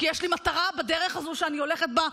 כי יש לי מטרה בדרך הזו שאני הולכת בה,